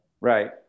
Right